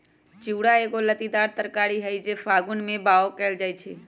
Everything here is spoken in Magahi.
घिउरा एगो लत्तीदार तरकारी हई जे फागुन में बाओ कएल जाइ छइ